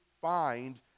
find